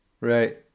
Right